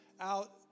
out